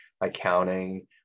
accounting